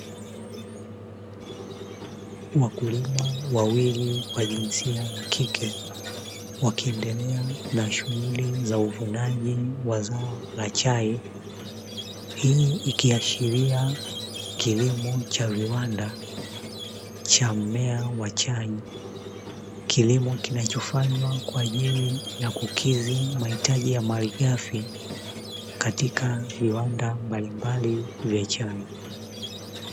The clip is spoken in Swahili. Wakulima wawili wa jinsia ya kike wakiendelea na shughuli za uvunaji wa zao la chai, hii ikiashiria kilimo cha viwanda cha mmea wa chai. Kilimo kinachofanywa kwa ajili ya kukidhi mahitaji ya malighafi katika viwanda mbalimbali vya chai.